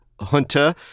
Hunter